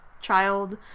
child